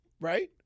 right